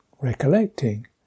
Recollecting